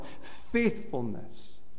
faithfulness